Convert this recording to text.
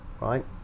right